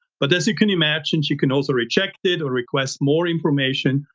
but as you can imagine, she can also reject it or request more information.